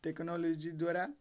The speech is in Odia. ଟେକ୍ନୋଲୋଜି ଦ୍ୱାରା